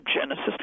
Genesis